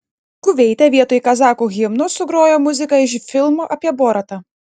kuveite vietoj kazachų himno sugrojo muziką iš filmo apie boratą